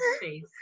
face